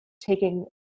taking